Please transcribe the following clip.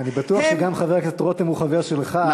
אני בטוח שגם חבר הכנסת רותם הוא חבר שלך,